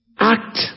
Act